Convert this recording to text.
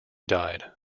died